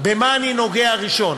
במה אני נוגע ראשון.